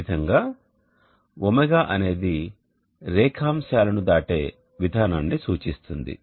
ఈ విధంగా ω అనేది రేఖాంశాల ను దాటే విధానాన్ని సూచిస్తుంది